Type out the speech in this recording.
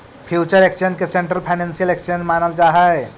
future exchange के central financial exchange मानल जा हइ